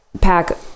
pack